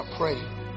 pray